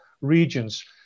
regions